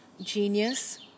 genius